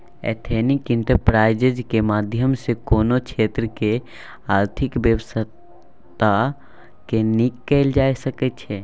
ethnic enterprise केर माध्यम सँ कोनो क्षेत्रक आर्थिक बेबस्था केँ नीक कएल जा सकै छै